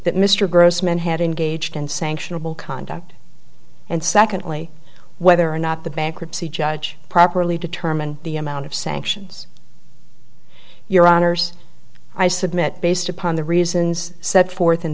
that mr grossman had engaged in sanctionable conduct and secondly whether or not the bankruptcy judge properly determine the amount of sanctions your honors i submit based upon the reasons set forth in